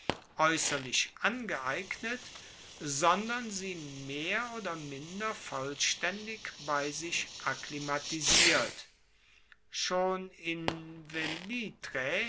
aeusserlich angeeignet sondern sie mehr oder minder vollstaendig bei sich akklimatisiert schon in